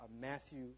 Matthew